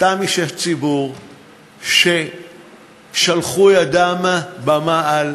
אותם אישי ציבור ששלחו ידם במעל.